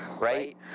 right